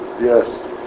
Yes